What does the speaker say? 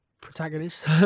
protagonist